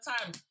time